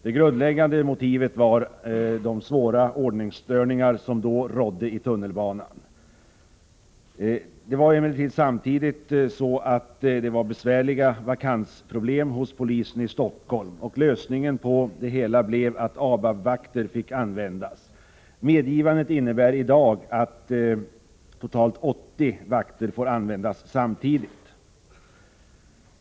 Det grundläggande motivet var de svåra ordningsstörningar i tunnelbanan som då rådde. Samtidigt hade polisen i Stockholm besvärliga vakansproblem. Lösningen på det hela blev att man beslöt att ABAB-vakter fick anlitas. Medgivandet innebär i dag att totalt 80 vakter får anlitas samtidigt.